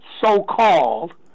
so-called